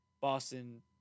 Boston